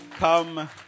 Come